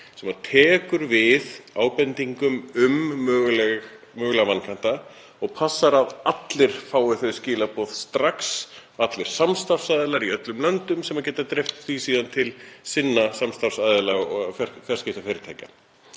sem tekur við ábendingum um mögulega vankanta og passar að allir fái þau skilaboð strax, allir samstarfsaðilar í öllum löndum, sem geta síðan dreift því til samstarfsaðila sinna og fjarskiptafyrirtækja.